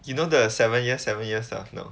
you know the seven year seven years stuff or no